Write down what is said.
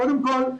קודם כול,